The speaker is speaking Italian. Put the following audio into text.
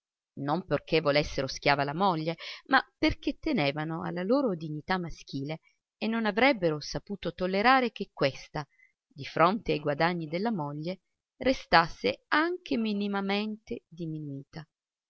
non perché volessero schiava la moglie ma perché tenevano alla loro dignità maschile e non avrebbero saputo tollerare che questa di fronte ai guadagni della moglie restasse anche minimamente diminuita